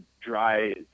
dry